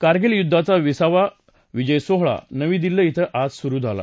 कारगिल युद्धाचा विसावा विजय सोहळा नवी दिल्ली क्वे आज सुरु झाला